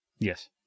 Yes